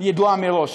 ידועה מראש.